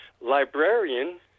Librarian